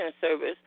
service